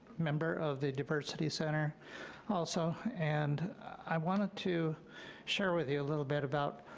member of the diversity center also, and i wanted to share with you a little bit about